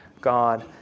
God